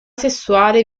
sessuale